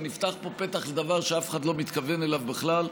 ונפתח פה פתח לדבר שאף אחד לא מתכוון אליו בכלל.